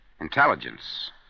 Intelligence